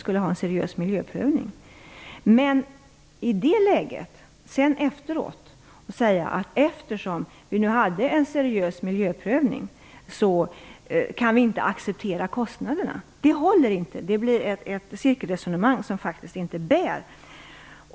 Men det håller inte att sedan efteråt säga att eftersom vi gjorde en seriös miljöprövning, kan vi inte acceptera kostnaderna. Det blir ett cirkelresonemang som faktiskt inte bär.